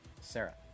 Sarah